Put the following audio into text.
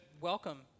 welcome